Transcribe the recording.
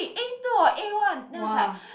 A two or A one then I was like